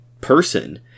person